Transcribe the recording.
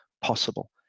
possible